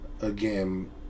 again